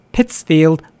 Pittsfield